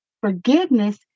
Forgiveness